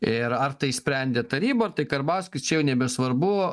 ir ar tai sprendė taryba ar tai karbauskis čia jau nebesvarbu